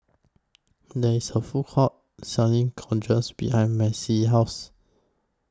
There IS A Food Court Selling countries behind Macie's House